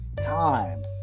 time